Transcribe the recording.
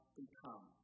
become